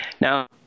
Now